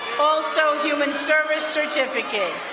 also human service certificate.